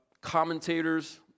commentators